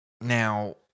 Now